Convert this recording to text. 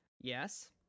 Yes